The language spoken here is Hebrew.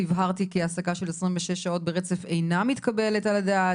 "הבהרתי כי העסקה של 26 שעות ברצף אינה מתקבלת על הדעת.